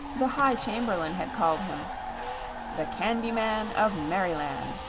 the high chamberlain had called him the candy man of merryland,